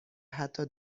حتی